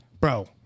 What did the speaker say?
Bro